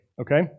Okay